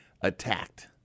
attacked